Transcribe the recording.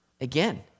Again